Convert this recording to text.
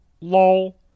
Lol